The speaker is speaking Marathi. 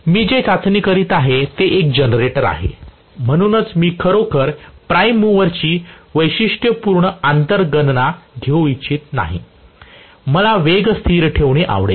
मी जे चाचणी करीत आहे ते एक जनरेटर आहे म्हणून मी खरोखर प्राइम मूव्हर ची वैशिष्ट्यपूर्ण आंतर गणना घेऊ इच्छित नाही मला वेग स्थिर ठेवणे आवडेल